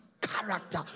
character